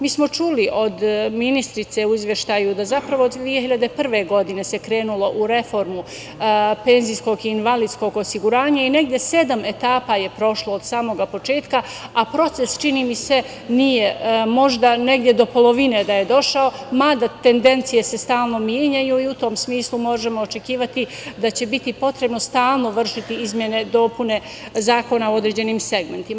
Mi smo čuli od ministrice u izveštaju da zapravo od 2001. godine se krenulo u reformu penzijskog i invalidskog osiguranja, i negde sedam etapa je prošlo od samog početka, a proces čini mi se, možda negde do polovine je došao, mada tendencije se stalno menjaju, i u tom smislu možemo očekivati da će biti potrebno stalno vršiti izmene, dopune zakona u određenim segmentima.